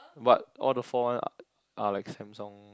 but all the four one are are like Samsung